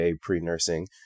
pre-nursing